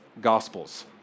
gospels